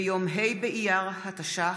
ביום ה' באייר התש"ח,